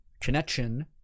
Connection